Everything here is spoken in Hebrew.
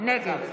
נגד